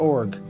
Org